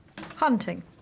Hunting